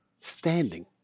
standing